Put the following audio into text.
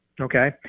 okay